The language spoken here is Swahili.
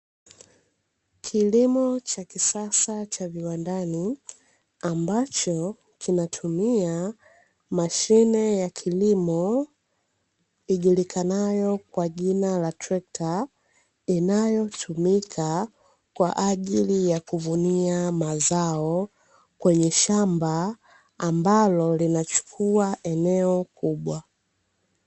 Kilimo cha kisasa cha viwandani ambacho kinatumia mashine ya kilimo ijulikanayo kwa jina la trekta. inayotumika kwa ajili ya kuvunia mazao kwenye shamba ambalo linachukua eneo kubwa.